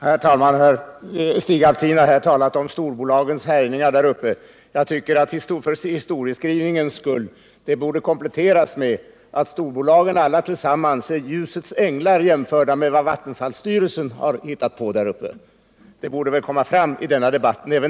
Herr talman! Stig Alftin har talat om storbolagens härjningar. För historieskrivningens skull bör detta påstående kompletteras med att storbolagen alla tillsammans är ljusets änglar jämförda med vad vattenfallsstyrelsen har hittat på där uppe. Även det bör komma fram i debatten.